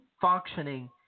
functioning